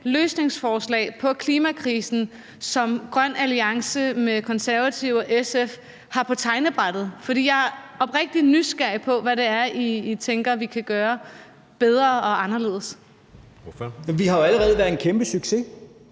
løsningsforslag på klimakrisen, som grøn alliance med Konservative og SF har på tegnebrættet? For jeg er oprigtig nysgerrig på, hvad det er, I tænker vi kan gøre bedre og anderledes. Kl. 16:35 Anden næstformand